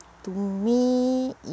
to me